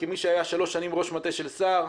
כמי שהיה שלוש שנים ראש מטה של שר,